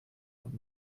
und